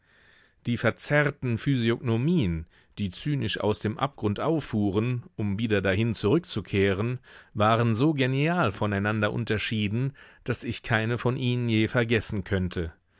die verzerrten physiognomien die zynisch aus dem abgrund auffuhren um wieder dahin zurückzukehren waren so genial voneinander unterschieden daß ich keine von ihnen je vergessen könnte